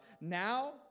Now